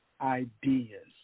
ideas